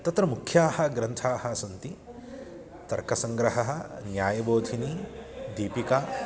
तत्र मुख्याः ग्रन्थाः सन्ति तर्कसङ्ग्रहः न्यायबोधिनी दीपिका